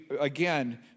again